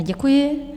Děkuji.